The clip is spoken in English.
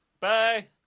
Bye